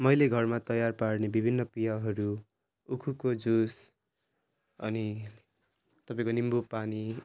मैले घरमा तयार पार्ने विभिन्न पेयहरू उखुको जुस अनि तपाईँको निम्बु पानी